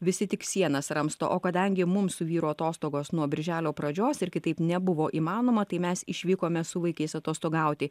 visi tik sienas ramsto o kadangi mums su vyru atostogos nuo birželio pradžios ir kitaip nebuvo įmanoma tai mes išvykome su vaikais atostogauti